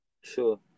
Sure